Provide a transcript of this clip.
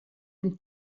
dem